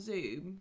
Zoom